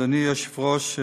אדוני היושב-ראש.